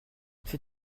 ces